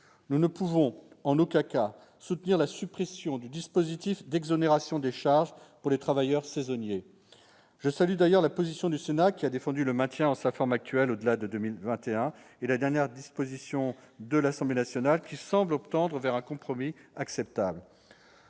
nous ne pouvons, en aucun cas, soutenir la suppression du dispositif d'exonération des charges pour les travailleurs saisonniers. Je salue d'ailleurs la position du Sénat, qui a défendu le maintien en sa forme actuelle au-delà de 2021, et la dernière position de l'Assemblée nationale, qui semble tendre vers un compromis acceptable.